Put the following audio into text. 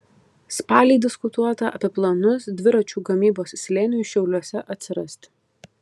spalį diskutuota apie planus dviračių gamybos slėniui šiauliuose atsirasti